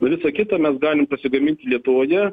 o visa kita mes galime pasigaminti lietuvoje